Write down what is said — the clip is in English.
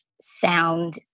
sound